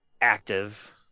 active